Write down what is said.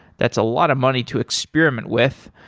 that's a lot of money to experiment with.